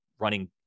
running